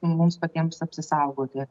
mums patiems apsisaugoti